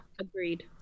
Agreed